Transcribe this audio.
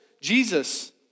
Jesus